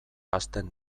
hasten